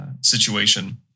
situation